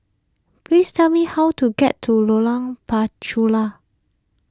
please tell me how to get to Lorong Penchalak